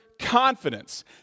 confidence